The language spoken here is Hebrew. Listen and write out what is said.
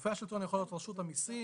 גופי השלטון יכול להיות רשות המיסים,